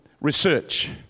research